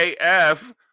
af